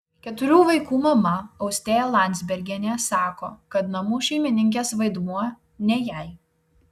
keturių vaikų mama austėja landzbergienė sako kad namų šeimininkės vaidmuo ne jai